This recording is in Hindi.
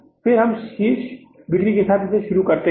फिर हम शीर्ष बिक्री के साथ शुरू करते हैं